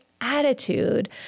attitude